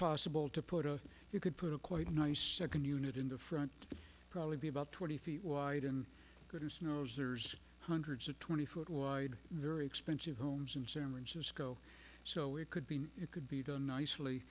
possible to put a you could put a quite nice second unit in the front probably be about twenty feet wide and goodness knows there's hundreds of twenty foot wide very expensive homes in san francisco so it could be it could be done nicely